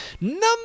Number